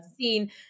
seen